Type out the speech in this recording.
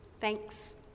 Thanks